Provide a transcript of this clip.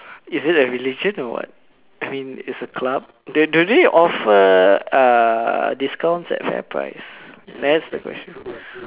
is it a religion or what I mean is a club do do they offer uh discounts at Fairprice that's the question